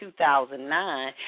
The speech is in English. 2009